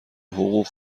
حقوق